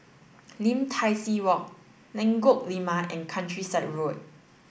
Lim Tai See Walk Lengkok Lima and Countryside Road